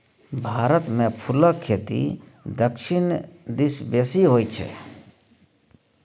भारतमे फुलक खेती दक्षिण दिस बेसी होय छै